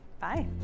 bye